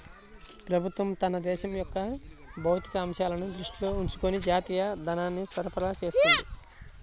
ప్రభుత్వం తన దేశం యొక్క భౌతిక అంశాలను దృష్టిలో ఉంచుకొని జాతీయ ధనాన్ని సరఫరా చేస్తుంది